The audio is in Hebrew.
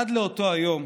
עד לאותו היום